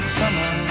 summer